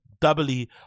doubly